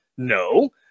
No